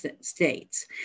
states